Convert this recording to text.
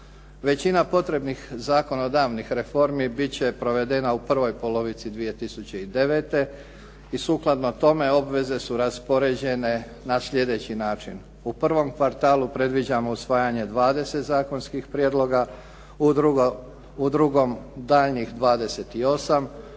Većina potrebnih zakonodavnih reformi biti će provedena u pravoj polovici 2009. i sukladno tome obveze su raspoređene na sljedeći način. U prvom kvartalu predviđamo usvajanje 20 zakonskih prijedloga, u drugom daljnjih 28,